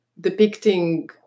depicting